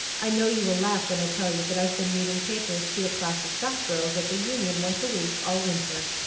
i know you will laugh when i tell you that i've been reading papers to a class of shop-girls at the union once a week all winter.